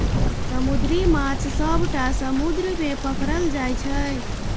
समुद्री माछ सबटा समुद्र मे पकरल जाइ छै